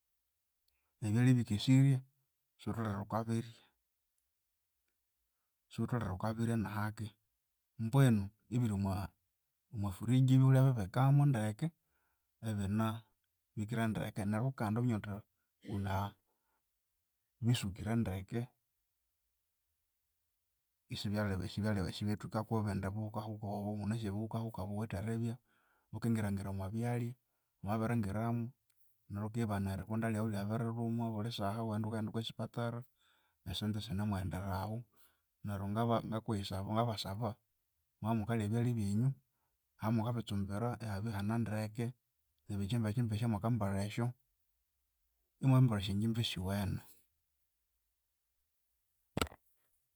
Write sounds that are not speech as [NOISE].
Ebyalya ebikesirye siwutholere wukabirya, siwutholere wukabirya nahaki mbwinu ibiryomwa fridge iwulyabibikamu ndeke ibinabikire ndeke neryu kandi wuminye wuthi wuna biswikire ndeke isibya [HESITATION] isibyathika kwebindi buhuka huka obo wunasi obuhuka huka buwithe eribya bukingira ngira omwabyalya, bwamabiringiramu neryu iwikibana eribunda ryawu iryabirilhuma wulisaha iwabya wukaghenda okwa sipatara nesente isinemughenderahu. Neryu [HESITATION] ngabasaba mwamabya imukalya ebyalya byenyu ahamukabitsumbira ihabya ihanendeke nebikyimba kyimba esyamukambalha esyo, imwambalha esyongyimba esyowene.